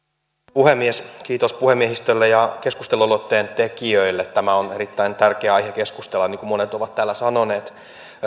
puhemies kiitos puhemiehistölle ja keskustelualoitteen tekijöille tämä on erittäin tärkeä aihe keskustella niin kuin monet ovat täällä sanoneet